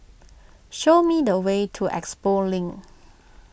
show me the way to Expo Link